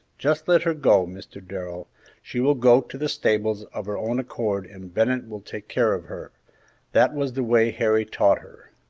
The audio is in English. just let her go, mr. darrell she will go to the stables of her own accord and bennett will take care of her that was the way harry taught her.